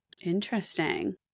interesting